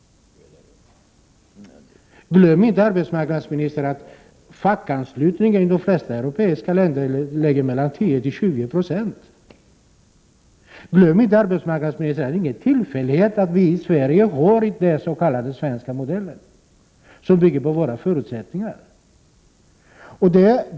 Glöm inte att fackanslutningen i de flesta europeiska länder är 10—20 96! Glöm inte att det inte är en tillfällighet att vi i Sverige har den svenska modellen, som bygger på våra förutsättningar!